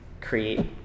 create